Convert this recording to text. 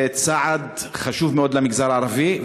זה צעד חשוב מאוד למגזר הערבי,